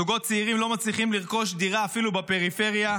זוגות צעירים לא מצליחים לרכוש דירה אפילו בפריפריה.